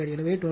எனவே 22